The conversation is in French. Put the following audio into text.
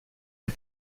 ait